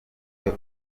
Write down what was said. ubu